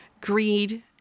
greed